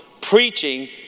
preaching